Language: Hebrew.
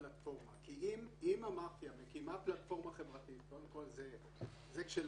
ובפלטפורמה חברתית שבה הלווה הוא מזוהה כלפי כולם ראשית,